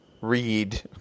read